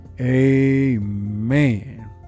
Amen